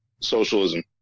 socialism